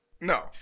no